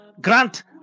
grant